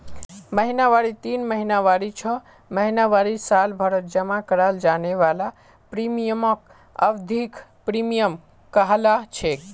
महिनावारी तीन महीनावारी छो महीनावारी सालभरत जमा कराल जाने वाला प्रीमियमक अवधिख प्रीमियम कहलाछेक